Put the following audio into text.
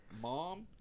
mom